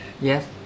Yes